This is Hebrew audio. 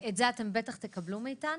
את זה אתם בטח תקבלו מאיתנו.